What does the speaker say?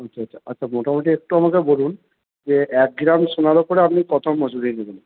আচ্ছা আচ্ছা আচ্ছা মোটামোটি একটু আমাকে বলুন যে এক গ্রাম সোনার উপরে আপনি কত মজুরি নেবেন